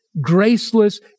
graceless